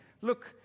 look